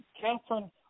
Catherine